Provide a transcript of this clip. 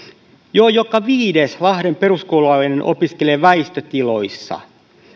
jo joka viides lahden peruskoululainen opiskelee väistötiloissa